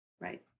Right